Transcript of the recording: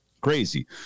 Crazy